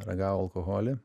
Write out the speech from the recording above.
ragavo alkoholį